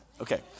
Okay